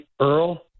Earl